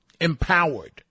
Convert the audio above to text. empowered